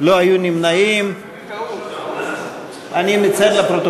עכשיו זה נשאר רק על רישיון.